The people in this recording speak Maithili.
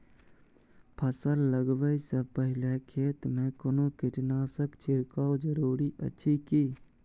फसल लगबै से पहिने खेत मे कोनो कीटनासक छिरकाव जरूरी अछि की?